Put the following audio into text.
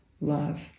love